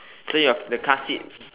so your the car seat